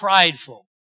prideful